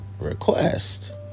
request